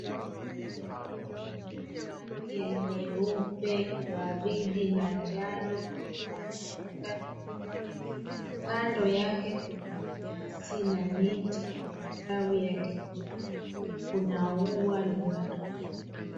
Gari la moshi la rangi ya nyeupe, waridi, na njano, linaenda kwenye reli. Kando yake kuna nyasi na miti ya matawi ya kijani. Kuna ua linalozunguka.